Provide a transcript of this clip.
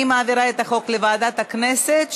אני מעבירה את החוק לוועדת הכנסת,